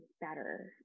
better